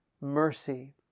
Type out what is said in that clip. mercy